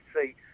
see